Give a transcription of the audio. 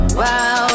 wow